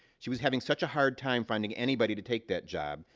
she was having such a hard time finding anybody to take that job,